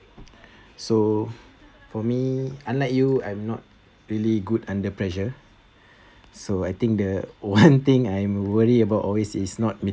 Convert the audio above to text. so for me unlike you I'm not really good under pressure so I think the one thing I'm worried about always is not